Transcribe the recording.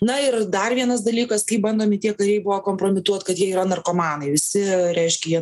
na ir dar vienas dalykas kai bandomi tie kariai buvo kompromituot kad jie yra narkomanai visi reiškia jie